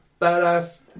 Badass